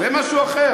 זה משהו אחר.